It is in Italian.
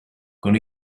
con